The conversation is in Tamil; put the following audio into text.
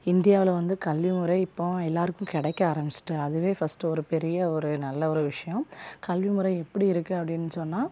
இந்தியாவில் வந்து கல்விமுறை இப்பவும் எல்லோருக்கும் கிடைக்க ஆரம்பிச்சிட்டு அதுவே ஃபர்ஸ்ட்டு ஒரு பெரிய ஒரு நல்ல ஒரு விஷயம் கல்விமுறை எப்படி இருக்குது அப்படின்னு சொன்னால்